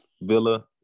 Villa